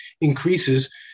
increases